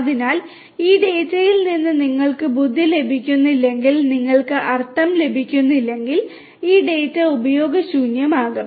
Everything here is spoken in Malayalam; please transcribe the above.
അതിനാൽ ഈ ഡാറ്റയിൽ നിന്ന് നിങ്ങൾക്ക് ബുദ്ധി ലഭിക്കുന്നില്ലെങ്കിൽ നിങ്ങൾക്ക് അർത്ഥം ലഭിക്കുന്നില്ലെങ്കിൽ ഈ ഡാറ്റ ഉപയോഗശൂന്യമാകും